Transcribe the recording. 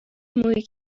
موئی